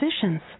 positions